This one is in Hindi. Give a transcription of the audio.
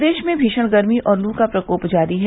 प्रदेश में भीषण गर्मी और लू का प्रकोप जारी है